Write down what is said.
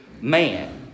man